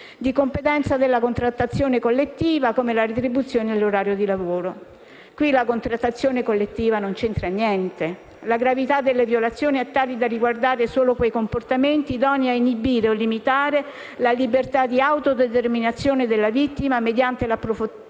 di competenza della contrattazione collettiva, come la retribuzione e l'orario di lavoro» (sto citando da una serie di interventi). Qui la contrattazione collettiva non c'entra niente. La gravità delle violazioni è tale da riguardare solo quei comportamenti idonei a inibire o limitare la libertà di autodeterminazione della vittima mediante l'approfittamento,